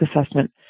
assessment